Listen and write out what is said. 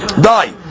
die